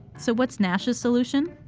so what's nash's solution?